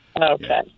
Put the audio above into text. Okay